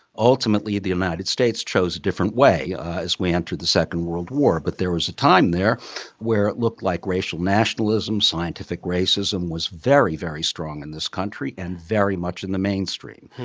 ultimately, the united states chose a different way as we entered the second world war. but there was a time there where it looked like racial nationalism, scientific racism was very, very strong in this country and very much in the mainstream.